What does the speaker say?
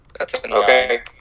Okay